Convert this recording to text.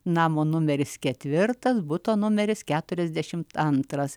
namo numeris ketvirtas buto numeris keturiasdešim antras